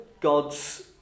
God's